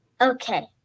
okay